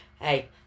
Hey